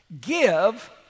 Give